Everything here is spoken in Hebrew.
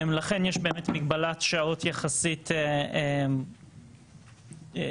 לכן, יש מגבלת שעות קטנה, יחסית,